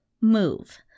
move